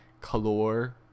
color